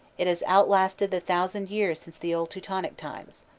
it has outlasted the thousand years since the old teutonic times.